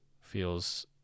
feels